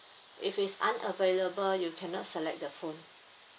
if it's unavailable you cannot select the phone